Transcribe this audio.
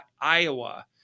Iowa